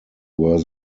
were